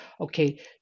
okay